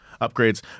upgrades